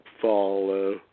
fall